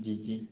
जी जी